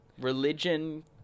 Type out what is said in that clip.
religion